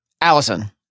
Allison